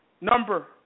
number